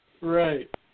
Right